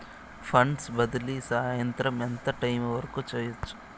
funds బదిలీ సాయంత్రం ఎంత టైము వరకు చేయొచ్చు